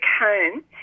home